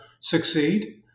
succeed